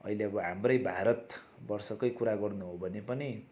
अहिले अब हाम्रै भारतवर्षकै कुरा गर्नु हो भने पनि